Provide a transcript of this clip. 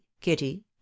kitty